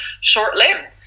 short-lived